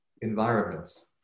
environments